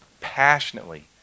passionately